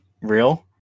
real